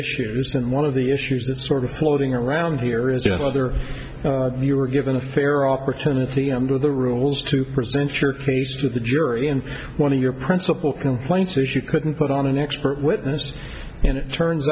issues and one of the issues that sort of floating around here is whether you were given a fair opportunity to the rules to present your case to the jury and one of your principal complaints is you couldn't put on an expert witness and it turns